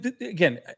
again